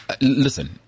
Listen